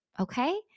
Okay